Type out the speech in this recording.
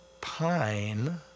Pine